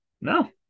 no